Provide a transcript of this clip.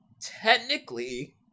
technically